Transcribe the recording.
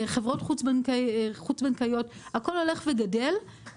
חברות חוץ-בנקאיות הכול הולך וגדל,